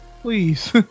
Please